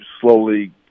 slowly